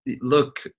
Look